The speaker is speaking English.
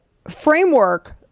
framework